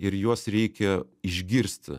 ir juos reikia išgirsti